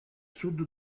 sud